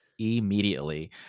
immediately